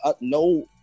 no